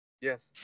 Yes